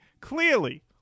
Clearly